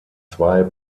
zwei